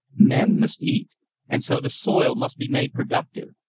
men must eat and so the soil must be made productive.